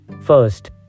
First